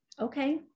Okay